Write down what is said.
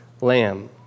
lamb